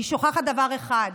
היא שוכחת דבר אחד: